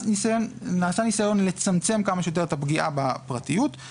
נעשה ניסיון לצמצם כמה שיותר את הפגיעה בפרטיות.